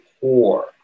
poor